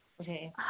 Okay